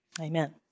amen